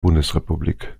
bundesrepublik